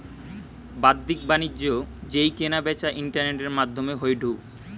বাদ্দিক বাণিজ্য যেই কেনা বেচা ইন্টারনেটের মাদ্ধমে হয়ঢু